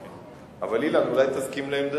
אבל, אילן, אולי תסכים לעמדתי.